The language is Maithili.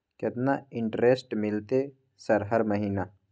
केतना इंटेरेस्ट मिलते सर हर महीना?